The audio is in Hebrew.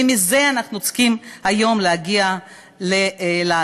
ומזה אנחנו צריכים היום להגיע להצבעה.